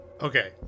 Okay